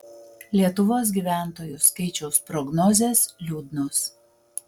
lietuvos gyventojų skaičiaus prognozės liūdnos